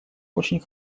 очень